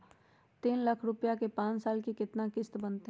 तीन लाख रुपया के पाँच साल के केतना किस्त बनतै?